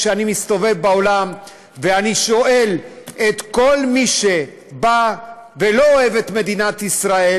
כשאני מסתכל על עולם ואני שואל את כל מי שבא ולא אוהב את מדינת ישראל,